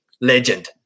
legend